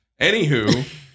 Anywho